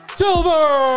Silver